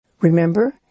Remember